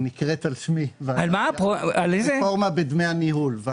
שנקראת על שמי רפורמה בדמי הניהול.